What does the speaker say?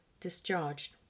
Discharged